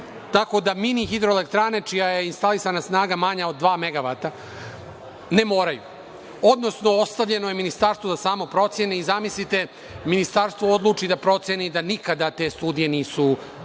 tako da mini hidroelektrane čija je instalisana snaga manja od dva megavata ne moraju, odnosno ostavljeno je ministarstvu da samo proceni i, zamislite, ministarstvo odluči da proceni da nikada te studije nisu